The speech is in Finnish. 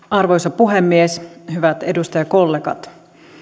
arvoisa puhemies hyvät edustajakollegat